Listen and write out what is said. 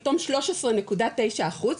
פתאום 13.9 אחוז,